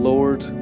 Lord